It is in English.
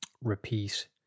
repeat